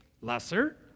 lesser